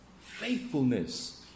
Faithfulness